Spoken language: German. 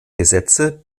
gesetze